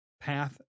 path